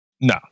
No